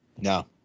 No